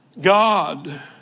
God